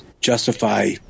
justify